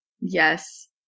Yes